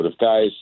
guys